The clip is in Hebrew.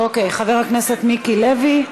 אוקיי, חבר הכנסת מיקי לוי.